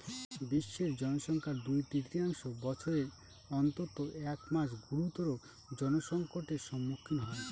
বিশ্বের জনসংখ্যার দুই তৃতীয়াংশ বছরের অন্তত এক মাস গুরুতর জলসংকটের সম্মুখীন হয়